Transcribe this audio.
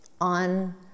on